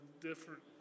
different